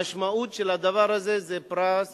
המשמעות של הדבר הזה זה פרס